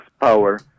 power